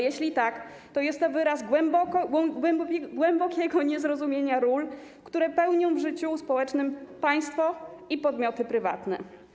Jeśli tak, to jest to wyraz głębokiego niezrozumienia ról, które pełnią w życiu społecznym państwo i podmioty prywatne.